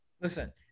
Listen